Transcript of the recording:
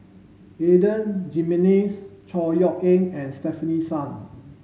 Adan Jimenez Chor Yeok Eng and Stefanie Sun